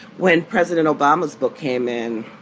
when president obama's book came in,